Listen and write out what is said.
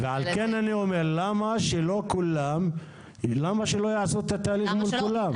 ועל כן אני שואל למה שלא יעשו את התהליך מול כולם.